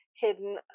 hidden